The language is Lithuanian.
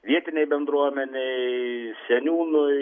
vietinei bendruomenei seniūnui